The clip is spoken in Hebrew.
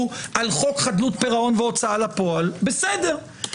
על חוק חדלות פירעון והוצאה לפועל בסדר,